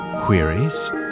queries